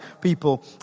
people